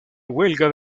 huelga